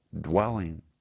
dwelling